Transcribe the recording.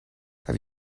have